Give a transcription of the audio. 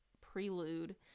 Prelude